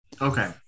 Okay